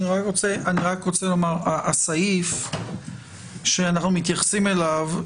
אני רק רוצה לומר, הסעיף שאנחנו מתייחסים אליו,